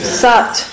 sat